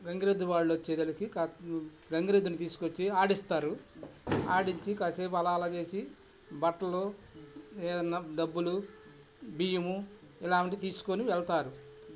గంగిరెద్దు వాళ్ళోచ్చేదలికి గంగిరెద్దుని తీసుకొచ్చి ఆడిస్తారు ఆడించి కాసేపు అలా అలా చేేసి బట్టలు ఏదన్నా డబ్బులు బియ్యము ఇలాంటివి తీసుకొని వెళ్తారు